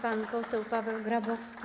Pan poseł Paweł Grabowski.